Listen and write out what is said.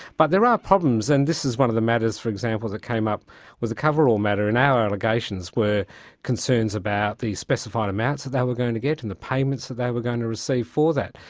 but there are problems, and this is one of the matters for example that came up with the coverall matter, and our allegations were concerns about the specified amounts that they were going to get and the payments that they were going to receive for that.